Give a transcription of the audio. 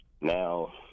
now